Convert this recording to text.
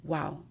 Wow